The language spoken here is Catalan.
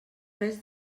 res